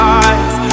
eyes